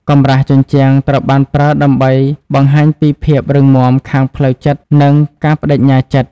កម្រាស់ជញ្ជាំង ត្រូវបានប្រើដើម្បីបង្ហាញពីភាពរឹងមាំខាងផ្លូវចិត្តនិងការប្តេជ្ញាចិត្ត។